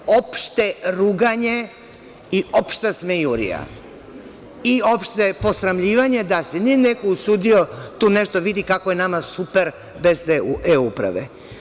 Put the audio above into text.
Opšte ruganje i opšta smejurija i opšte posramljivanje, da se nije neko usudio tu nešto, vidi kako je nama super bez te e-uprave.